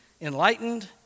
enlightened